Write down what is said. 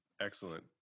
Excellent